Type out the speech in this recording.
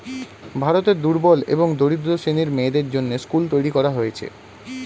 ভারতে দুর্বল এবং দরিদ্র শ্রেণীর মেয়েদের জন্যে স্কুল তৈরী করা হয়েছে